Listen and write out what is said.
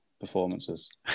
performances